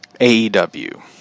AEW